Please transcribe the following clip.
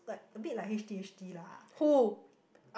like a bit like H T H T lah